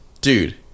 dude